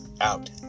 out